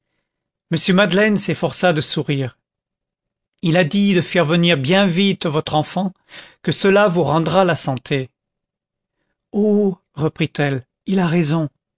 m madeleine s'efforça de sourire il a dit de faire venir bien vite votre enfant que cela vous rendra la santé oh reprit-elle il a raison